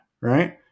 right